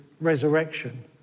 resurrection